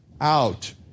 out